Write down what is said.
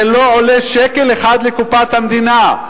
זה לא עולה שקל אחד לקופת המדינה,